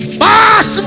boss